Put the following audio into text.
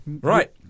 right